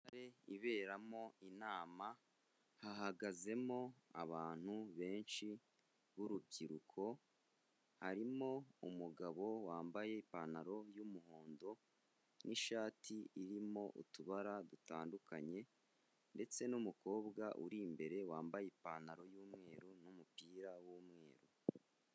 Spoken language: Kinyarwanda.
Sare iberamo inama, hahagazemo abantu benshi b'urubyiruko, harimo umugabo wambaye ipantaro y'umuhondo n'ishati irimo utubara dutandukanye ndetse n'umukobwa uri imbere wambaye ipantaro y'umweru n'umupira w'umweru.